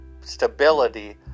stability